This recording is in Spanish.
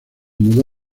mudó